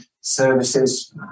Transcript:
services